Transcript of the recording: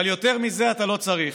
אבל יותר מזה אתה לא צריך.